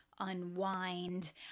unwind